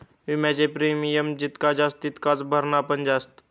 विम्याचा प्रीमियम जितका जास्त तितकाच भरणा पण जास्त